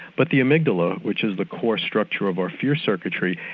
but the amygdala, which is the core structure of our fear circuitry,